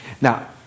Now